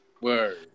Word